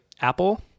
apple